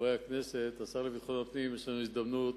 חברי הכנסת, השר לביטחון הפנים, יש לנו הזדמנות.